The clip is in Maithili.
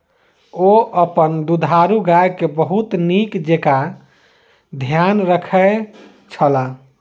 ओ अपन दुधारू गाय के बहुत नीक जेँका ध्यान रखै छला